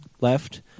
left